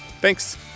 Thanks